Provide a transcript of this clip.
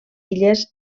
illes